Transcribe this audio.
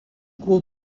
court